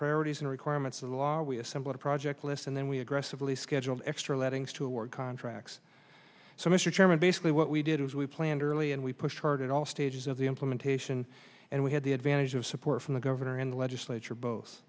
priorities and requirements of the law we assemble the project list and then we aggressively scheduled extra lettings to award contracts so mr chairman basically what we did was we planned early and we pushed hard at all stages of the implementation and we had the advantage of support from the governor in the legislature both